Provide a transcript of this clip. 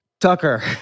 Tucker